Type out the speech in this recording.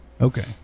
Okay